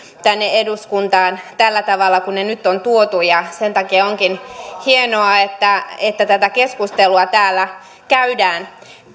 tänne eduskuntaan tällä tavalla kuin ne nyt on tuotu ja sen takia onkin hienoa että tätä keskustelua täällä käydään